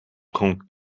trente